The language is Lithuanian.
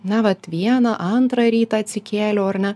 na vat vieną antrą rytą atsikėliau ar ne